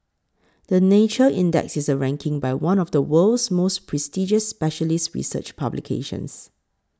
the Nature Index is a ranking by one of the world's most prestigious specialist research publications